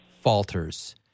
falters